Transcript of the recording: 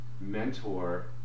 mentor